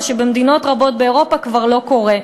מה שבמדינות רבות באירופה כבר לא קורה.